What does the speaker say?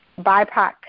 BIPOC